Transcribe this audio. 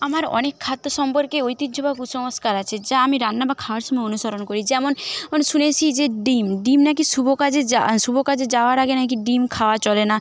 আমার অনেক খাদ্য সম্পর্কে ঐতিহ্য বা কুসংস্কার আছে যা আমি রান্না বা খাওয়ার সময় অনুসরণ করি যেমন অন শুনেছি যে ডিম ডিম না কি শুভ কাজে যা শুভ কাজে যাওয়ার আগে না কি ডিম খাওয়া চলে না